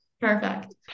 Perfect